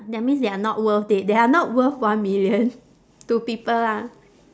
that means they are not worth it they are not worth one million to people lah